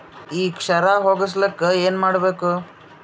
ಈ ಕ್ಷಾರ ಹೋಗಸಲಿಕ್ಕ ಏನ ಮಾಡಬೇಕು?